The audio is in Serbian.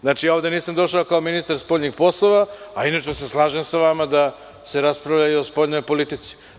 Znači, nisam ovde došao kao ministar spoljnih poslova, a inače se slažem sa vama da se raspravlja i o spoljnoj politici.